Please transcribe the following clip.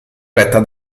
retta